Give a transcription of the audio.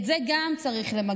גם את זה צריך למגר,